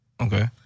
Okay